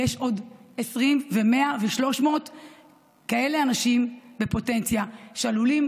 יש עוד 20 ו-100 ו-300 כאלה אנשים בפוטנציה שעלולים